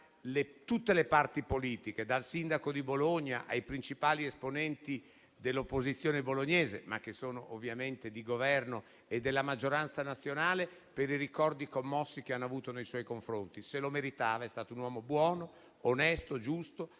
tutte le parti politiche, dal sindaco di Bologna ai principali esponenti dell'opposizione bolognese - sono ovviamente di Governo e della maggioranza nazionale - per i ricordi commossi che hanno avuto nei suoi confronti. Se lo meritava: è stato un uomo buono, onesto, giusto,